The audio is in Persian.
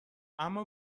اما